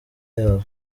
yabo